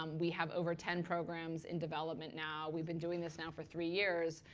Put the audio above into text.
um we have over ten programs in development now. we've been doing this now for three years.